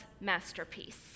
masterpiece